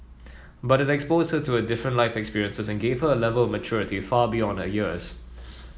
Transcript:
but it exposed her to different life experiences and gave her A Level of maturity far beyond her years